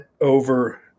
over